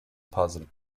positive